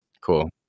Cool